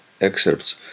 excerpts